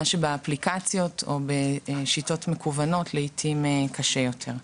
בעוד באפליקציות או בשיטות מקוונות לעיתים קשה יותר.